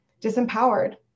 disempowered